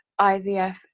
IVF